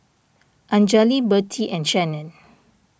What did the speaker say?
Anjali Birtie and Shannon